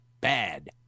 bad